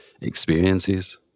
experiences